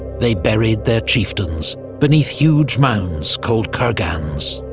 they buried their chieftains beneath huge mounds called kurgans.